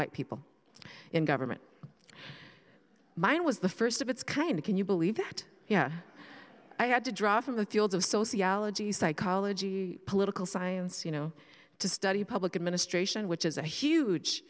white people in government mine was the first of its kind can you believe that yeah i had to draw from the fields of sociology psychology political science you know to study public administration which is a huge